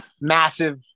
massive